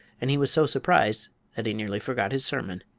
and he was so surprised that he nearly forgot his sermon.